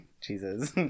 Jesus